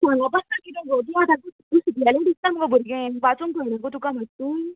सांगप आसता कितें गो तूं आतांचें शिकलेलें दिसता मुगो भुरगे वाचून कयणा गो तुका मात्तूय